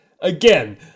Again